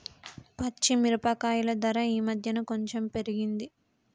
పచ్చి మిరపకాయల ధర ఈ మధ్యన కొంచెం పెరిగింది